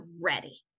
ready